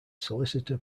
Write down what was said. solicitor